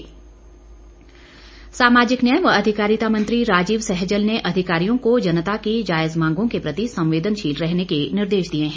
सैजल सामाजिक न्याय व अधिकारिता मंत्री राजीव सैहजल ने अधिकारियों को जनता की जायज मांगों के प्रति संवेदनशील रहने के निर्देश दिए हैं